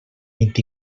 vint